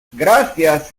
gracias